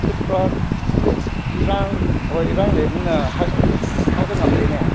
ꯏꯔꯥꯡ ꯍꯣꯏ ꯏꯔꯥꯡ ꯂꯩꯕꯅꯤꯅ ꯍꯥꯏꯕ ꯉꯝꯗꯦꯅꯦ